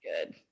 good